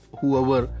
whoever